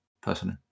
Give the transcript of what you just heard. personally